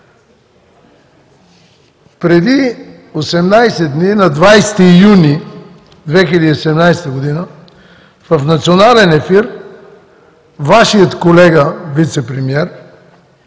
Преди 18 дни – на 20 юни 2017 г. в национален ефир Вашият колега вицепремиер